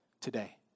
today